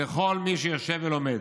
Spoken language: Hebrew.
לכל מי שיושב ולומד,